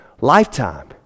lifetime